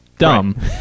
dumb